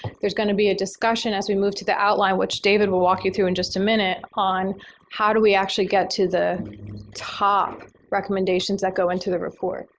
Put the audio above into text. there's going to be a discussion as we move to the outline, which david will walk you through in just a minute on how do we actually get to the top recommendations that go into the report.